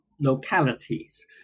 localities